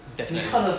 that's very